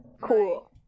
Cool